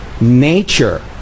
Nature